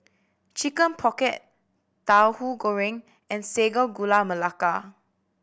Chicken Pocket Tauhu Goreng and Sago Gula Melaka